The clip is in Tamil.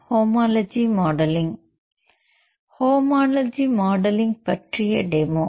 ஹோமோலஜி மாடலிங் பற்றிய டெமோ